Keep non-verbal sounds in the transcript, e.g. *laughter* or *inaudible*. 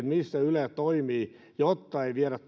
missä yle toimii jotta ei viedä *unintelligible*